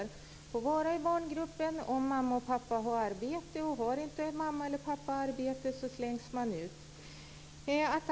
Nu får de vara i barngruppen om mamma och pappa har arbete. Har inte mamma eller pappa arbete slängs de ut.